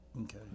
Okay